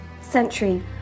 sentry